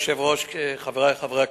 אדוני היושב-ראש, חברי חברי הכנסת,